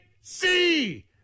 see